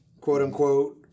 quote-unquote